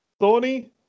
Thorny